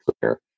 clear